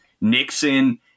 Nixon